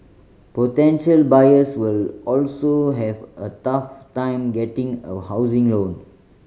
potential buyers will also have a tough time getting a housing loan